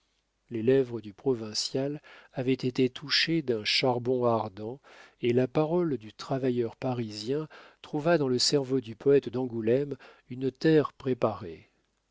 les lèvres du provincial avaient été touchées d'un charbon ardent et la parole du travailleur parisien trouva dans le cerveau du poète d'angoulême une terre préparée